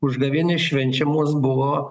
užgavėnės švenčiamos buvo